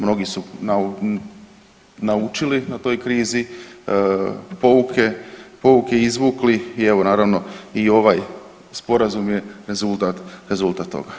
Mnogi su naučili na toj krizi pouke, pouke izvukli i evo, naravno, i ovaj Sporazum je rezultat toga.